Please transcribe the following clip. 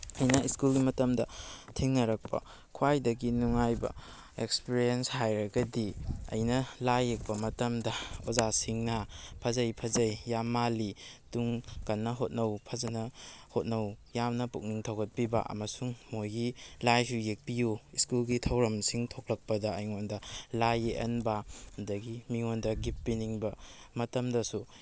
ꯑꯩꯅ ꯁ꯭ꯀꯨꯜꯒꯤ ꯃꯇꯝꯗ ꯊꯦꯡꯅꯔꯛꯄ ꯈ꯭ꯋꯥꯏꯗꯒꯤ ꯅꯨꯡꯉꯥꯏꯕ ꯑꯦꯛꯁꯄ꯭ꯔꯦꯟꯁ ꯍꯥꯏꯔꯒꯗꯤ ꯑꯩꯅ ꯂꯥꯏ ꯌꯦꯛꯄ ꯃꯇꯝꯗ ꯑꯣꯖꯥꯁꯤꯡꯅ ꯐꯖꯩ ꯐꯖꯩ ꯌꯥꯝ ꯃꯥꯜꯂꯤ ꯇꯨꯡ ꯀꯟꯅ ꯍꯣꯠꯅꯧ ꯐꯖꯅ ꯍꯣꯠꯅꯧ ꯌꯥꯝꯅ ꯄꯨꯛꯅꯤꯡ ꯊꯧꯒꯠꯄꯤꯕ ꯑꯃꯁꯨꯡ ꯃꯣꯏꯒꯤ ꯂꯥꯏꯁꯨ ꯌꯦꯛꯄꯤꯌꯨ ꯁ꯭ꯀꯨꯜꯒꯤ ꯊꯧꯔꯝꯁꯤꯡ ꯊꯣꯛꯂꯛꯄꯗ ꯑꯩꯉꯣꯟꯗ ꯂꯥꯏ ꯌꯦꯛꯍꯟꯕ ꯑꯗꯒꯤ ꯃꯤꯉꯣꯟꯗ ꯒꯤꯞ ꯄꯤꯅꯤꯡꯕ ꯃꯇꯝꯗꯁꯨ